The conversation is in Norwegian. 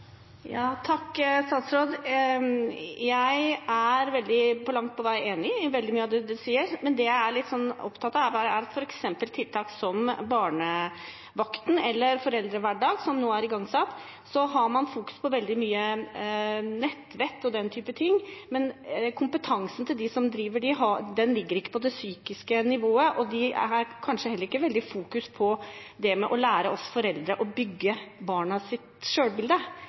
Takk igjen til statsråden. Jeg er langt på vei enig i veldig mye av det hun sier. Men det jeg er litt opptatt av, er at når det gjelder f.eks. tiltak som Barnevakten eller foreldrehverdag.no, som nå er igangsatt, fokuserer man veldig mye på nettvett og den typen ting, men kompetansen til dem som driver dette, ligger ikke på det psykiske nivået, og de fokuserer kanskje heller ikke veldig på å lære oss foreldre å bygge